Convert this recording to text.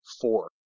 four